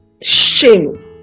shame